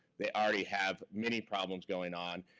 they already have many problems going um